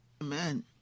Amen